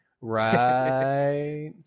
Right